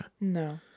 No